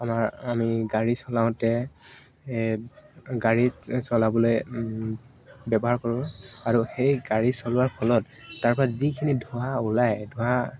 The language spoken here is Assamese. আমাৰ আমি গাড়ী চলাওঁতে গাড়ী চলাবলে ব্যৱহাৰ কৰোঁ আৰু সেই গাড়ী চলোৱাৰ ফলত তাৰপৰা যিখিনি ধোঁৱা ওলায় ধোঁৱা